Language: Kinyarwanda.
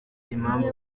impamvu